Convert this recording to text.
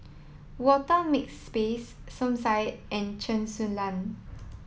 Walter Makepeace Som Said and Chen Su Lan